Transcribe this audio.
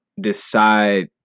decide